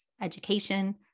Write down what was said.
education